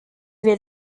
wir